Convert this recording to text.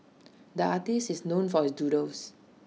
the artist is known for his doodles